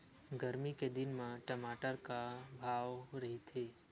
गरमी के दिन म टमाटर का भाव रहिथे?